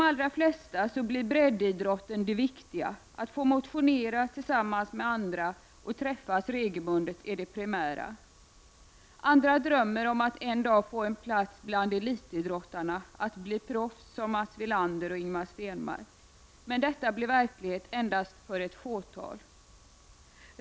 För många blir breddidrotten det viktiga. Att få motionera tillsammans med andra och träffas regelbundet blir det primära. Andra drömmer om att en dag få en plats bland elitidrottarna, att bli proffs som Mats Wilander och Ingemar Stenmark. Men detta blir verklighet endast för ett fåtal.